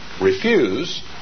refuse